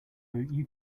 you